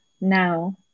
now